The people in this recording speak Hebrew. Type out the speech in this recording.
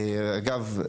אגב,